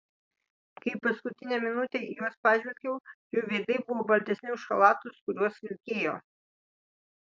kai paskutinę minutę į juos pažvelgiau jų veidai buvo baltesni už chalatus kuriuos vilkėjo